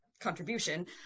contribution